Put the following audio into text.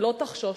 שלא תחשושנה,